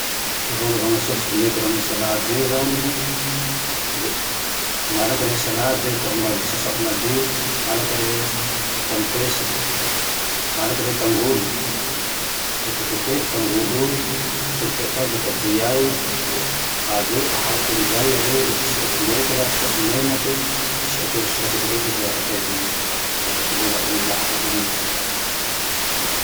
Ty fanaova sôvy vinegra amy ty salady io zane, mangalaky rehe salady atao mali-, sasao laio, mangalake rehe tamotesy e, mangalatsy rehe tangolo, le tetetehio tangoloy, tetetetehio ka vôtabiay, le avy eo aharo amizay iareo le isiao vinegra, isiao menake, le asio sira kedekedeke izay zaka ty lelao io, ame raha io ine